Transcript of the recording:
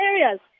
areas